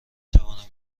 توانم